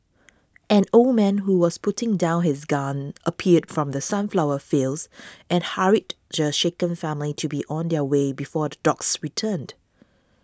an old man who was putting down his gun appeared from the sunflower fields and hurried the shaken family to be on their way before the dogs returned